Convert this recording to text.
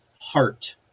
heart